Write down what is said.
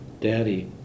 Daddy